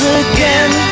again